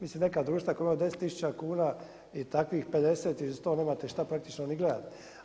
Mislim neka društva koja imaju 10000 kuna i takvih 50 ili 100 nemate šta praktično ni gledati.